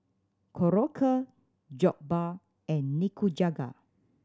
Korokke Jokbal and Nikujaga